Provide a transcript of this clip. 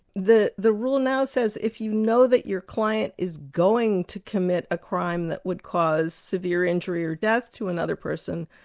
the the rule now says if you know that your client is going to commit a crime that would cause severe injury or death to another person,